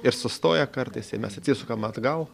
ir sustoja kartais ir mes atsisukam atgal